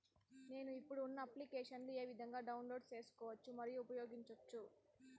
నేను, ఇప్పుడు ఉన్న అప్లికేషన్లు ఏ విధంగా డౌన్లోడ్ సేసుకోవచ్చు మరియు ఉపయోగించొచ్చు?